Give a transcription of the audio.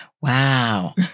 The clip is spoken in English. Wow